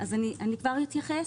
כבר אתייחס.